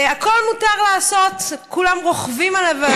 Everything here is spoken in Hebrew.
והכול מותר לעשות: כולם רוכבים עליו,